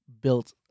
built